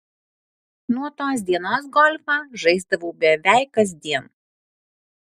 nuo tos dienos golfą žaisdavau beveik kasdien